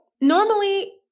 normally